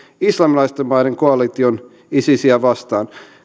islamilaisten maiden koalition isisiä vastaan